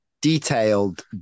detailed